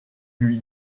lui